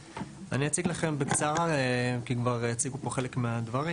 אני אציג לכם בקצרה, כי כבר הציגו פה חלק מהדברים.